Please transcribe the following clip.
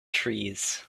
trees